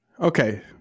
Okay